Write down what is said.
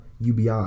UBI